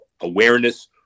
awareness